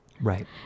Right